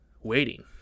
waiting